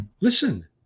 Listen